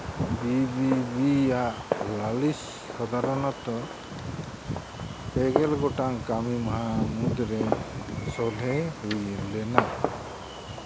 B ᱵᱤ ᱵᱤ ᱟᱜ ᱞᱟᱹᱞᱤᱥ ᱥᱟᱫᱷᱟᱨᱚᱱᱚᱛᱚ ᱯᱮᱜᱮᱞ ᱜᱚᱴᱟᱝ ᱠᱟᱹᱢᱤ ᱢᱟᱦᱟ ᱢᱩᱫᱽᱨᱮ ᱥᱚᱞᱦᱮ ᱦᱩᱭ ᱞᱮᱱᱟ